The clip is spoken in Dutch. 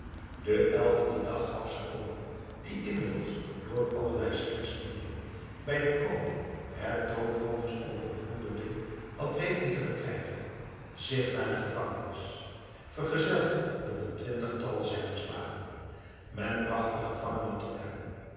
den elfden dag begaf saony die inmiddels door allerlei slinksche middelen bij den koning het doodvonnis over noureddin had weten te verkrijgen zich naar de gevangenis vergezeld door een twintigtal zijner slaven men bragt den gevangene tot hem